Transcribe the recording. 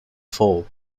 fall